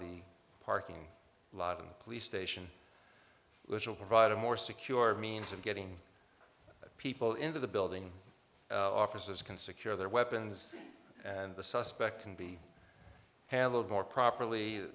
the parking lot and police station little provide a more secure means of getting people into the building officers can secure their weapons and the suspect can be handled more properly